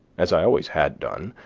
as i always had done,